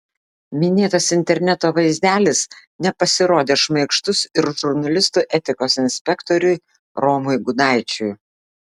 minėtas interneto vaizdelis nepasirodė šmaikštus ir žurnalistų etikos inspektoriui romui gudaičiui